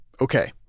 Okay